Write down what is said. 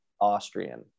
Austrian